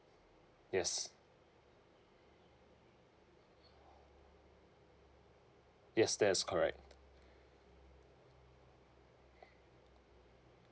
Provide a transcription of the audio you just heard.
yes yes that is correct